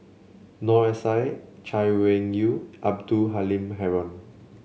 Noor S I Chay Weng Yew Abdul Halim Haron